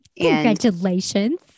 Congratulations